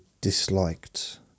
disliked